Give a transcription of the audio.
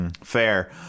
Fair